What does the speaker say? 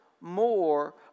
more